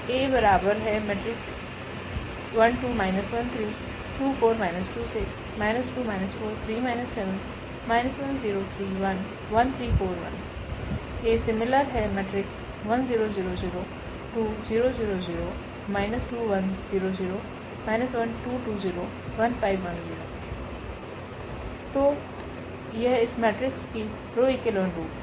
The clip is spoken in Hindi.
तो यह इस मेट्रिक्स की रो ईकोलोन रूप है